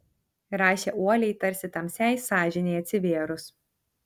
rašė uoliai tarsi tamsiai sąžinei atsivėrus